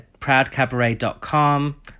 ProudCabaret.com